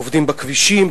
עובדים בכבישים,